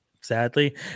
sadly